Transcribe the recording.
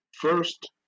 First